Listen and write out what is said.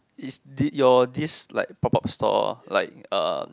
is d~ your this like pop up store like uh